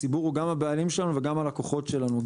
הציבור הוא גם הבעלים שלנו וגם הלקוחות שלנו.